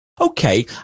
Okay